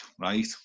right